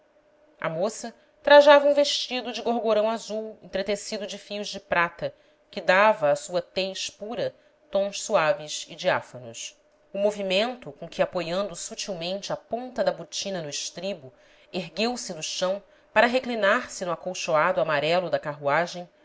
a moça trajava um vestido de gorgorão azul entretecido de fios de prata que dava à sua tez pura tons suaves e diáfanos o movimento com que apoiando sutilmente a ponta da botina no estribo ergueu-se do chão para reclinar se no acolchoado amarelo da carruagem